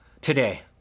today